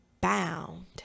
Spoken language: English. bound